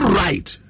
right